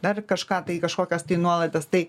dar kažką tai kažkokias tai nuolaidas tai